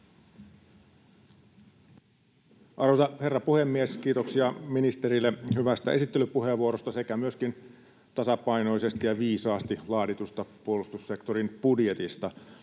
Arvoisa herra puhemies! Kiitoksia ministerille hyvästä esittelypuheenvuorosta sekä myöskin tasapainoisesti ja viisaasti laaditusta puolustussektorin budjetista.